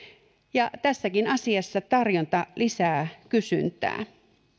ja tässäkin asiassa tarjonta lisää kysyntää